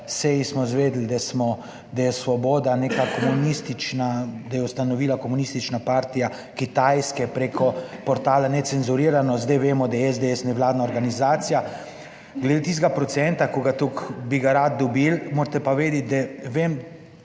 seji smo izvedeli, da smo, da je Svoboda neka komunistična, da je ustanovila komunistična partija Kitajske preko portala Necenzurirano. Zdaj vemo, da je SDS nevladna organizacija. Glede tistega procenta, ko ga toliko, bi ga radi dobili, morate pa vedeti, da vem,